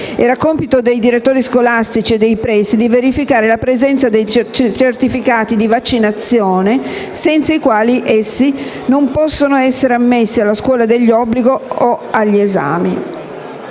Era compito dei direttori scolastici e dei presidi verificare la presenza dei certificati di vaccinazione, senza i quali gli alunni non potevano essere ammessi alla scuola o agli esami.